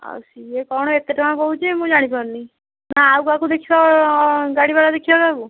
ଆଉ ସିଏ କଣ ଏତେ ଟଙ୍କା କହୁଛି ମୁଁ ଜାଣିପାରୁନି ନା ଆଉ କାହାକୁ ଦେଖିବା ଗାଡ଼ିବାଲା ଦେଖିବା କାହାକୁ